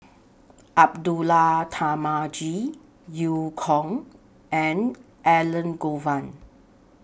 Abdullah Tarmugi EU Kong and Elangovan